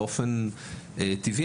באופן טבעי,